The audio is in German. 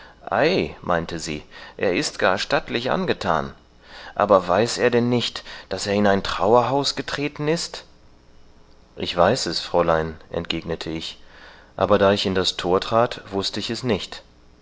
meinte sie er ist gar stattlich angethan aber weiß er denn nicht daß er in ein trauerhaus getreten ist ich weiß es fräulein entgegnete ich aber da ich in das thor trat wußte ich es nicht